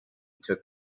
took